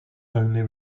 only